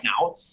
now